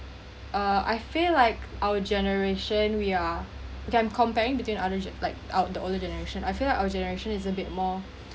uh I feel like our generation we are can comparing between other genera~ like our the older generation I feel like our generation is a bit more